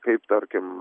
kaip tarkim